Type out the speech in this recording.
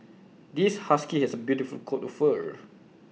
this husky has A beautiful coat of fur